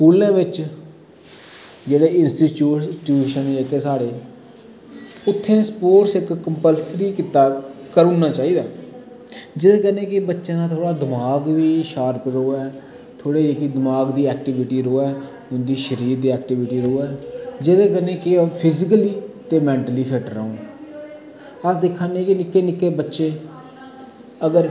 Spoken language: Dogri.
स्कूलैं बिच्च जेह्ड़ी इंस्टिटयूट टयूशन जेह्के साढ़े इत्थें स्पोर्स कंपलसरी कीता करी ओड़ना चाही दा जेह्दे कन्ने कि बच्चें दा दमाक बी थोह्ड़ा दमाक बी शार्प रवै थोह्ड़ी जेह्की दमाक दी ऐक्टिबिटी रवै उंदे शरीर दी ऐक्टिबिटी रवै जेह्दे कन्नै कि फिजिकली ते मैंटली फिट्ट रौह्न अस दिक्खा ने कि निक्के निक्के बच्चे अगर